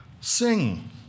Sing